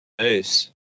Ace